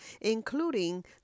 including